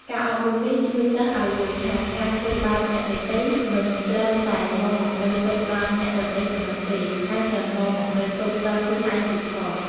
ការអប់រំនេះជួយសិស្សឲ្យយល់ថា ការធ្វើបាបអ្នកដទៃ មិនត្រឹមតែនាំមកនូវទុក្ខដល់អ្នកដទៃប៉ុណ្ណោះទេ ថែមទាំងនាំមកនូវទុក្ខដល់ខ្លួនឯងទៀតផង។